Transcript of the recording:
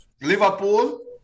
liverpool